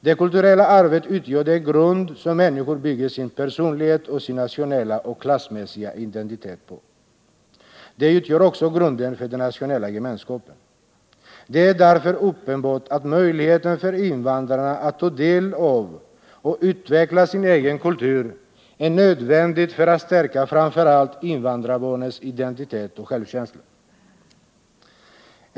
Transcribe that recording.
Det kulturella arvet utgör den grund som människorna bygger sin personlighet samt sin nationella och klassmässiga identitet på. Det utgör också grunden för den nationella gemenskapen. Det är därför uppenbart, att möjligheten för invandrarna att ta del av och utveckla sin egen kultur är nödvändig för att framför allt invandrarbarnens identitet och självkänsla skall kunna stärkas.